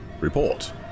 Report